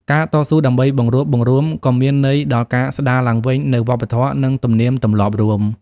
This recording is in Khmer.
ការតស៊ូដើម្បីបង្រួបបង្រួមក៏មានន័យដល់ការស្តារឡើងវិញនូវវប្បធម៌ និងទំនៀមទម្លាប់រួម។